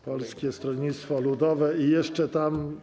Polskie Stronnictwo Ludowe i jeszcze tam.